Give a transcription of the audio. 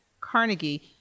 Carnegie